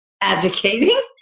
advocating